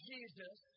Jesus